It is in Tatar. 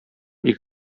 ике